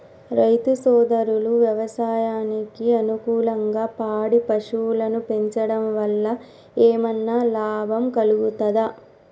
రైతు సోదరులు వ్యవసాయానికి అనుకూలంగా పాడి పశువులను పెంచడం వల్ల ఏమన్నా లాభం కలుగుతదా?